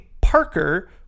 Parker